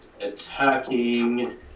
attacking